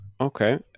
okay